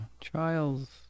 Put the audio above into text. trials